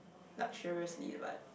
luxuriously but